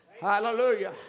Hallelujah